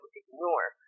ignore